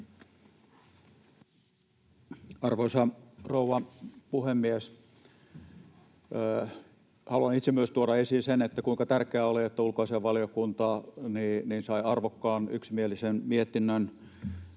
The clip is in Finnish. Arvoisa rouva puhemies! Haluan itse myös tuoda esiin sen, kuinka tärkeää oli, että ulkoasiainvaliokunta sai arvokkaan yksimielisen mietinnön